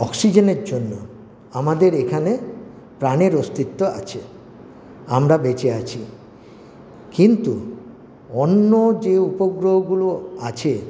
অক্সিজেনের জন্যে আমাদের এখানে প্রাণের অস্তিত্ব আছে আমরা বেঁচে আছি কিন্তু অন্য যে উপগ্রহগুলো আছে